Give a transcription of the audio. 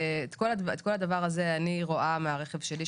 את כל הדבר הזה אני רואה מהרכב שלי,